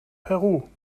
peru